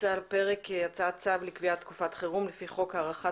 על סדר היום הצעת צו לקביעת תקופת חירום לפי חוק הארכת